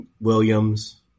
Williams